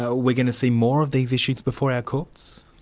so we're going to see more of these issues before our courts?